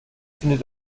findet